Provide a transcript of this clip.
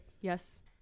Yes